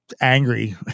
angry